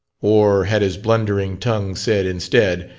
or had his blundering tongue said, instead,